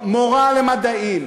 מורה למדעים,